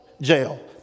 Jail